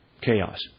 chaos